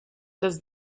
does